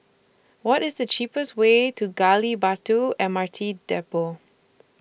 What IS The cheapest Way to Gali Batu M R T Depot